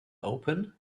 open